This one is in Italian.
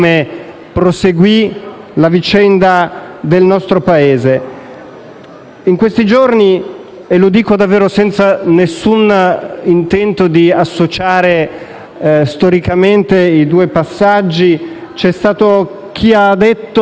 proseguì la vicenda del nostro Paese. In questi giorni - e lo dico davvero senza nessun intento di associare storicamente i due passaggi - c'è stato chi ha detto